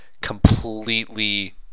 completely